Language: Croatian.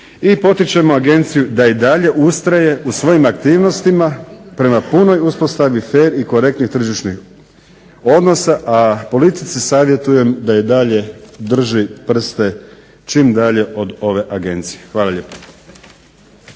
i potičemo agenciju da i dalje ustraje u svojim aktivnostima prema punoj uspostavi fer i korektnih tržišnih odnosa, a politici savjetujem da i dalje drži prste čim dalje od ove agencije. Hvala lijepo.